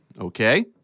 Okay